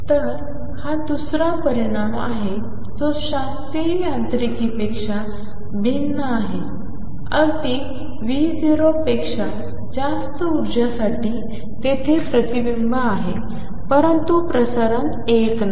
तर हा दुसरा परिणाम आहे जो शास्त्रीय यांत्रिकीपेक्षा भिन्न आहे अगदीV0 पेक्षा जास्त उर्जासाठी तेथे प्रतिबिंब आहे परंतु प्रसारण 1 नाही